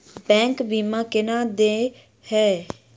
Bank बीमा केना देय है?